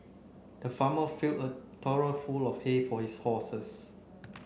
the farmer filled a trough full of hay for his horses